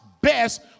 best